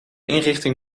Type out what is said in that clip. inrichting